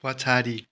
पछाडि